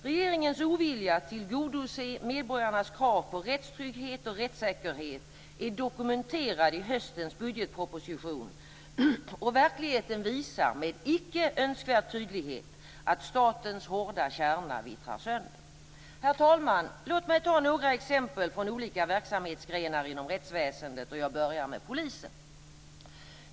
Regeringens ovilja att tillgodose medborgarnas krav på rättstrygghet och rättssäkerhet är dokumenterad i höstens budgetproposition, och verkligheten visar med icke önskvärd tydlighet att statens hårda kärna vittrar sönder. Herr talman! Låt mig ta några exempel från olika verksamhetsgrenar inom rättsväsendet, och jag börjar med polisen.